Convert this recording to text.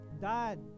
Dad